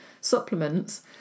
supplements